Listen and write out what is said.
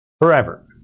forever